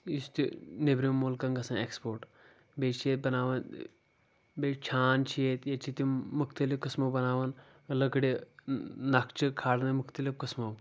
یُس تہِ نیٚبرِمٮ۪ن مُلکَن گَژھان ایکسپورٹ بیٚیہِ چھِ ییٚتہِ بناوان بیٚیہِ چھان چھِ ییٚتہِ ییٚتہِ چھِ تِم مختلف قٕسمو بناوان لٔکرِ نقشہٕ کھالان مُختلف قٕسمو